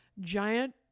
giant